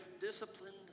disciplined